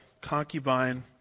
concubine